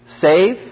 save